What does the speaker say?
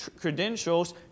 credentials